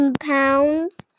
pounds